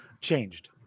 changed